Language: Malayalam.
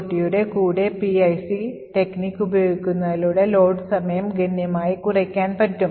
GOTയുടെ കൂടെ PIC ടെക്നിക് ഉപയോഗിക്കുന്നതിലൂടെ ലോഡ് സമയം ഗണ്യമായി കുറക്കാൻ പറ്റും